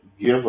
give